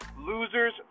losers